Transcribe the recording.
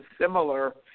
similar